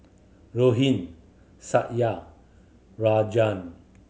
Rohit Satya Rajan